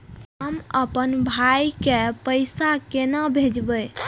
हम आपन भाई के पैसा केना भेजबे?